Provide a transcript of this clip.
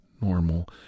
normal